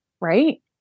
right